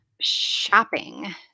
shopping